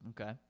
Okay